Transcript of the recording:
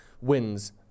wins